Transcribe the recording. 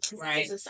right